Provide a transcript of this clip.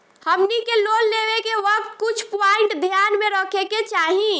हमनी के लोन लेवे के वक्त कुछ प्वाइंट ध्यान में रखे के चाही